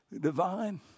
divine